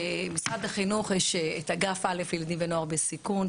במשרד החינוך יש את אגף א' לילדים ונוער בסיכון,